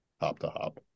hop-to-hop